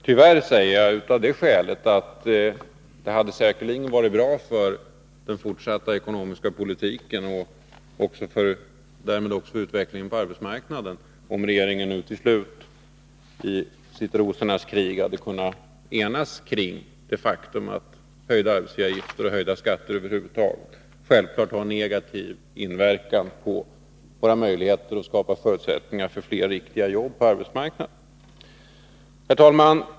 Tyvärr, säger jag av det skälet att det säkerligen hade varit bra för den fortsatta ekonomiska politiken och därmed också för utvecklingen på arbetsmarknaden, om regeringen nu till slut, i sitt rosornas krig, hade kunnat enas kring det faktum att höjda arbetsgivaravgifter och höjda skatter över huvud taget har negativ inverkan på förutsättningarna för fler riktiga jobb på arbetsmarknaden. Herr talman!